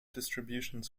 distributions